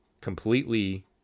completely